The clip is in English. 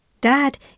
Dad